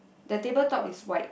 the table top is white